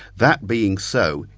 that being so,